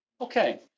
Okay